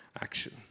action